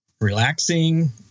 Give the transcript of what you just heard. relaxing